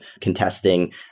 contesting